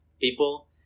People